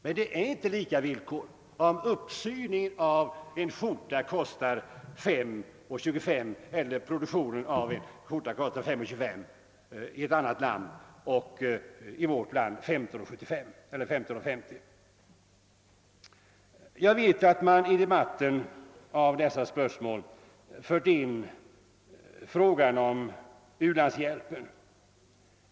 Villkoren är emellertid inte lika om uppsyning av en skjorta kostar 5:50 kronor i ett annat land och 15:25 kronor i vårt land. Jag vet att man i debatten om dessa spörsmål fört in frågan om u-landshjälpen.